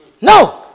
No